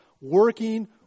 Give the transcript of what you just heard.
working